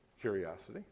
curiosity